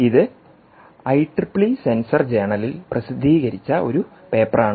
ഇത് IEEE sensor ജേണലിൽ പ്രസിദ്ധീകരിച്ച ഒരു പേപ്പറാണ്